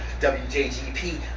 WJGP